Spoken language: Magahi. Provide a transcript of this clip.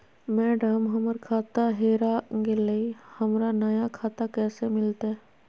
मैडम, हमर खाता हेरा गेलई, हमरा नया खाता कैसे मिलते